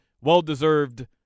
well-deserved